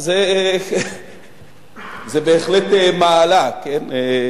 אז זה בהחלט מעלה, כן?